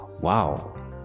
wow